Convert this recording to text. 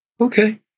Okay